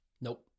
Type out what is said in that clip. Nope